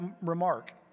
remark